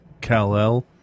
Kal-El